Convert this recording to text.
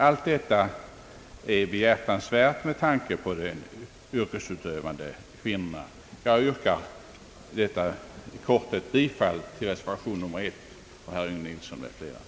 Allt detta är behjärtansvärt med tanke på de yrkesutövande kvinnorna. Jag yrkar, herr talman, i korthet bifall till reservation nr 1 av herr Yngve Nilsson m.fl.